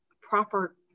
proper